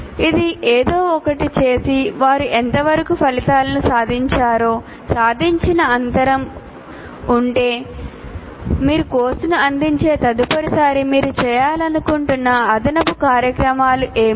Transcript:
అది ఏదో ఒకటి చేసి వారు ఎంతవరకు ఫలితాలను సాధించారో సాధించిన అంతరం ఉంటే మీరు కోర్సును అందించే తదుపరిసారి మీరు చేయాలనుకుంటున్న అదనపు కార్యకలాపాలు ఏమిటి